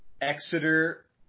Exeter